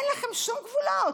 אין לכם שום גבולות.